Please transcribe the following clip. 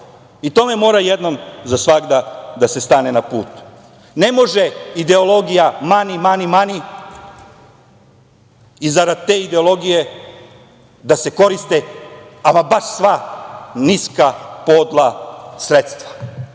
Tome mora jednom za svagda da se stane na put. Ne može ideologija "mani, mani, mani" i zarad te ideologije da se koriste ama baš sva niska i podla sredstva.